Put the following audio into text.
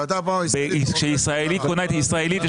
כשישראלית קונה ישראלית,